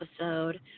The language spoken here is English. episode